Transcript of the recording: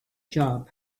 job